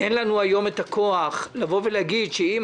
אין לנו היום אין הכוח לבוא ולהגיד שאם